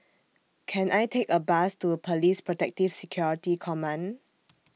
Can I Take A Bus to Police Protective Security Command